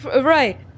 right